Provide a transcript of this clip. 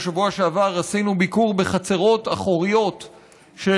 בשבוע שעבר עשינו ביקור בחצרות אחוריות של